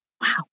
Wow